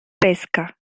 pesca